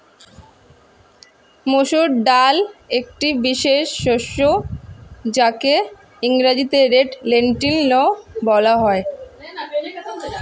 মুসুর ডাল একটি বিশেষ শস্য যাকে ইংরেজিতে রেড লেন্টিল বলা হয়